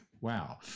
wow